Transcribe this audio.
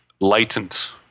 latent